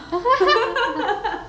!wow!